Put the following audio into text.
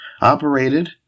operated